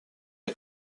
est